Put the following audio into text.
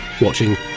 watching